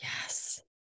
Yes